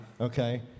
Okay